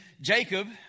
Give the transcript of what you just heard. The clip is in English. Jacob